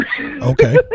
okay